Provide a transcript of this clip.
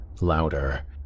louder